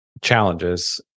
challenges